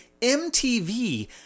MTV